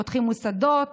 פותחים מוסדות?